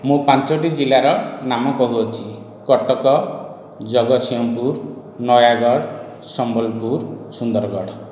ମୁଁ ପାଞ୍ଚଟି ଜିଲ୍ଲାର ନାମ କହୁଅଛି କଟକ ଜଗତସିଂହପୁର ନୟାଗଡ଼ ସମ୍ବଲପୁର ସୁନ୍ଦରଗଡ଼